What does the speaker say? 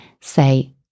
say